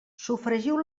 sofregiu